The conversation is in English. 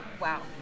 Wow